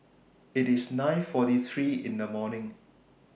IT IS nine forty three in The morning